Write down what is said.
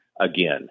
again